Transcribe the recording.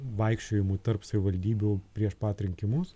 vaikščiojimų tarp savivaldybių prieš pat rinkimus